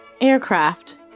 Aircraft